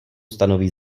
stanoví